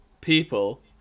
people